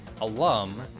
alum